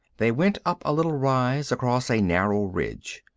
they went up a little rise, across a narrow ridge.